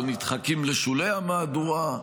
או נדחקים לשולי המהדורה,